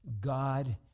God